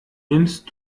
nimmst